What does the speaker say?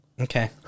Okay